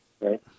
right